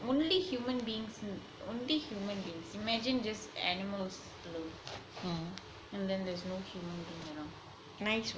only human beings only human beings imagine just animals and then there's no human beings